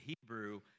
Hebrew